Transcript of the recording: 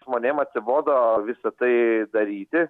žmonėm atsibodo visa tai daryti